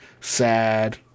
Sad